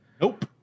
Nope